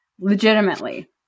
Legitimately